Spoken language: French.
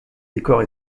décors